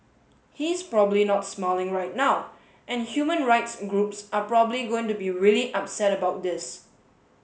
he's probably not smiling right now and human rights groups are probably going to be really upset about this